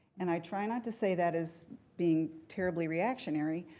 and i try not to say that as being terribly reactionary,